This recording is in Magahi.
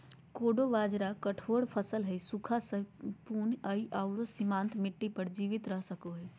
कोडो बाजरा कठोर फसल हइ, सूखा, सहिष्णु हइ आरो सीमांत मिट्टी पर जीवित रह सको हइ